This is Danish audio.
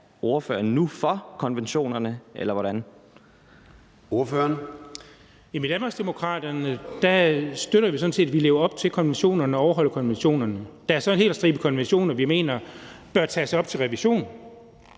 Ordføreren. Kl. 10:15 Jens Henrik Thulesen Dahl (DD): I Danmarksdemokraterne støtter vi sådan set konventionerne; vi lever op til konventionerne og overholder konventionerne. Der er så en hel stribe konventioner, som vi mener bør tages op til revision